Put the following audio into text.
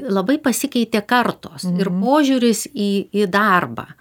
labai pasikeitė kartos ir požiūris į į darbą